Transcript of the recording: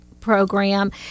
program